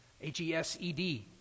H-E-S-E-D